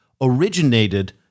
originated